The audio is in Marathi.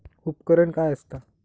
उपकरण काय असता?